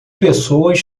pessoas